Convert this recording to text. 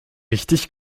richtig